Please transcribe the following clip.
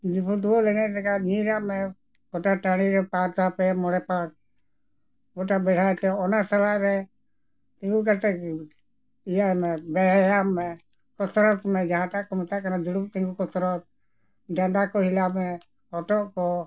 ᱮᱱᱮᱡ ᱞᱮᱠᱟ ᱧᱤᱨᱟᱜ ᱢᱮ ᱜᱚᱴᱟ ᱴᱟᱲᱤ ᱨᱮ ᱯᱟᱨ ᱫᱷᱟᱣ ᱯᱮ ᱢᱚᱬᱮ ᱯᱟᱸᱠ ᱜᱚᱴᱟ ᱵᱟᱭᱦᱟᱹᱲ ᱨᱮ ᱚᱱᱟ ᱥᱟᱞᱟᱜ ᱨᱮ ᱛᱤᱸᱜᱩ ᱠᱟᱛᱮ ᱤᱭᱟᱹᱭ ᱢᱮ ᱵᱮᱭᱟᱢ ᱢᱮ ᱢᱮ ᱡᱟᱦᱟᱸᱴᱟᱜ ᱠᱚ ᱢᱮᱛᱟᱜ ᱠᱟᱱᱟ ᱫᱩᱲᱩᱵ ᱛᱤᱸᱜᱩ ᱠᱚᱛᱨᱚᱛ ᱰᱟᱸᱰᱟ ᱠᱚ ᱦᱤᱞᱟᱹᱣ ᱢᱮ ᱦᱚᱴᱚᱜ ᱠᱚ